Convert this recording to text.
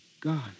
god